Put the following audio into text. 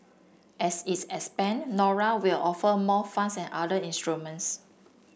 as is expand Nora will offer more funds and other instruments